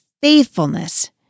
faithfulness